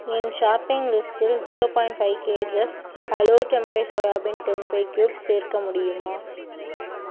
என் shopping லிஸ்டில் zero point five kgs hello tempeh soybean tempeh cubes சேர்க்க முடியுமா